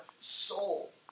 soul